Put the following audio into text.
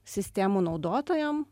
sistemų naudotojam